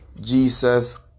Jesus